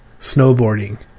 snowboarding